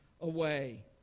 away